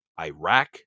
Iraq